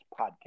podcast